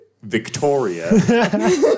Victoria